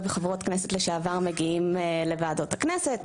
וחברות כנסת לשעבר מגיעים לוועדות הכנסת,